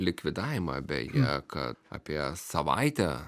likvidavimą beje kad apie savaitę